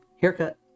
haircut